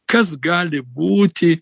kas gali būti